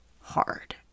hard